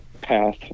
path